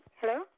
Hello